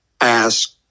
ask